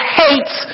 hates